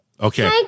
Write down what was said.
Okay